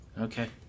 Okay